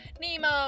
Nemo